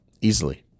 Easily